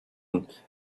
and